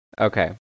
Okay